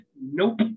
Nope